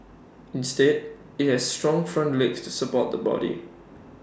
instead IT has strong front legs to support the body